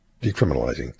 decriminalizing